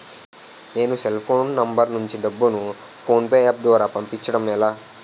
నేను cell phone number నుంచి డబ్బును ను ఫోన్పే అప్ ద్వారా పంపించడం ఎలా?